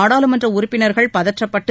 நாடாளுமன்ற உறுப்பினர்கள் பதற்றப்பட்டு